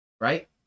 Right